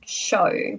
show